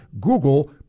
Google